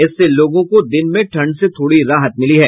इससे लोगों को दिन में ठंड से थोड़ी राहत मिली है